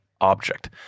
object